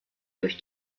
durch